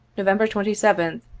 november twenty seventh,